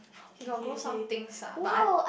he got grow some things ah but I